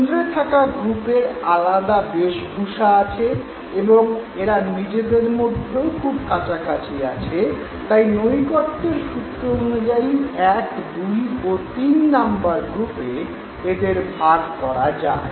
কেন্দ্রে থাকা গ্রুপের আলাদা বেশভূষা আছে এবং নিজেদের মধ্যেও খুব কাছাকাছি আছে তাই নৈকট্যের সূত্র অনুযায়ী ১ ২ ও ৩ নাম্বার গ্রুপে এদের ভাগ করা যায়